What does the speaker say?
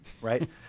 right